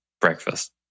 breakfast